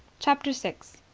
chapter six.